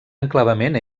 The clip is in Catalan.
enclavament